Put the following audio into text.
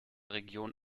region